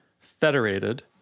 federated